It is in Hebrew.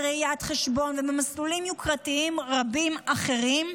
בראיית חשבון ובמסלולים יוקרתיים רבים אחרים,